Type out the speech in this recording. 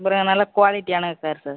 அப்புறம் நல்ல குவாலிட்டியான கார் சார்